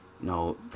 no